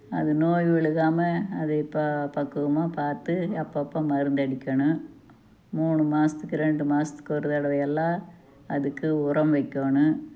அது நோய் விழுகாம அது ப பக்குவமாக பார்த்து அப்போ அப்போது மருந்து அடிக்கணும் மூணு மாதத்துக்கு ரெண்டு மாதத்துக்கு ஒரு தடவை எல்லாம் அதுக்கு உரம் வெக்கணும்